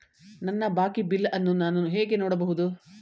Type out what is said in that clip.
ನನ್ನ ಬಾಕಿ ಬಿಲ್ ಅನ್ನು ನಾನು ಹೇಗೆ ನೋಡಬಹುದು?